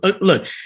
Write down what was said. look